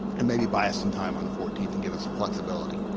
and maybe buy us some time on the fourteenth and give us some flexibility.